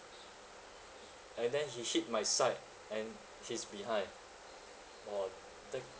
and then he hit my side and he's behind !wah!